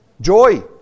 joy